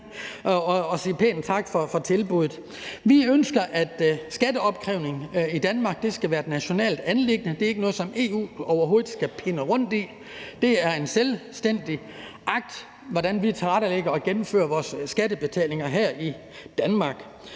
Vi ønsker, at skatteopkrævning i Danmark skal være et nationalt anliggende. Det er ikke noget, som EU overhovedet skal pille ved. Det er en selvstændig ting, hvordan vi tilrettelægger og gennemfører vores skattebetalinger her i Danmark.